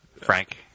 Frank